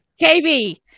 KB